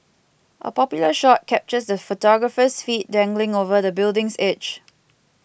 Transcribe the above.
a popular shot captures the photographer's feet dangling over the building's edge